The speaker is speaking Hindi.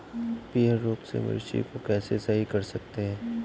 पीहर रोग से मिर्ची को कैसे सही कर सकते हैं?